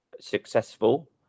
successful